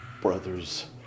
brothers